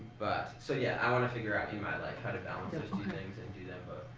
but so yeah, i want to figure out, in my life, how to balance those two things and do them both.